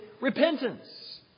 repentance